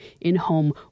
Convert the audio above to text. in-home